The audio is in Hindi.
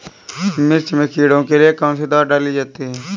मिर्च में कीड़ों के लिए कौनसी दावा डाली जाती है?